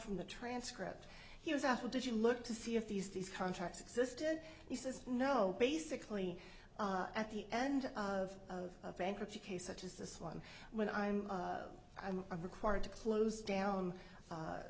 from the transcript he was asked would you look to see if these these contracts existed he says no basically at the end of bankruptcy case such as this one when i'm i'm required to close down